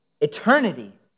eternity